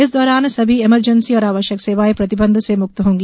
इस दौरान सभी इमरजेंसी और आवश्यक सेवाएं प्रतिबंध से मुक्त होंगी